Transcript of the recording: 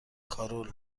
کارول